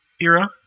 era